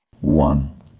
one